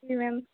जी ma'am